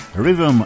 Rhythm